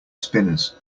spinners